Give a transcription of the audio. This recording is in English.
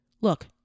look